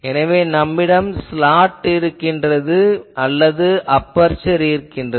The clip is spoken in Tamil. எனவே நம்மிடம் ஸ்லாட் இங்கு இருக்கிறது அல்லது அபெர்சர் இருக்கிறது